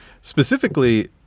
specifically